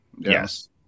Yes